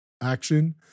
action